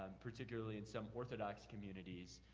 and particularly in some orthodox communities,